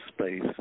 space